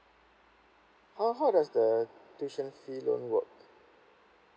how how does the tuition fee loan work